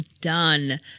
Done